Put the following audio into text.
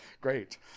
great